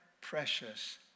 precious